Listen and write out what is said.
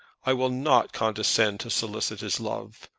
i will not condescend to solicit his love.